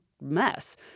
mess